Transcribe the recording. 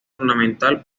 ornamental